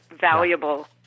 valuable